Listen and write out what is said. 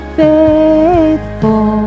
faithful